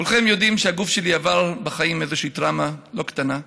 כולכם יודעים שהגוף שלי עבר בחיים טראומה לא קטנה,